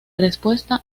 respuesta